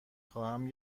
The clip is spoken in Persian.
خواهم